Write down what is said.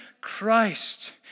Christ